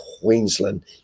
Queensland